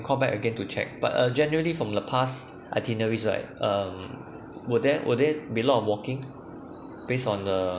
call back again to check but uh generally from the past itineraries right um were there were there be a lot of walking based on the